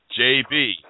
JB